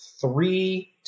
three